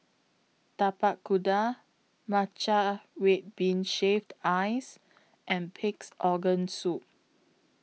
Tapak Kuda Matcha Red Bean Shaved Ice and Pig'S Organ Soup